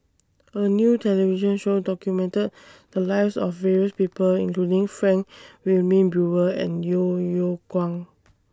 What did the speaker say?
A New television Show documented The Lives of various People including Frank Wilmin Brewer and Yeo Yeow Kwang